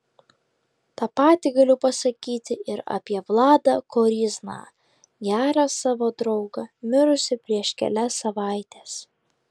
tą patį galiu pasakyti ir apie vladą koryzną gerą savo draugą mirusį prieš kelias savaites